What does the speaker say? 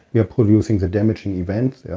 we are producing the damaging events. yeah